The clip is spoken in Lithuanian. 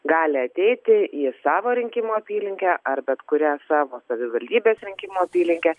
gali ateiti į savo rinkimų apylinkę ar bet kurią savo savivaldybės rinkimų apylinkę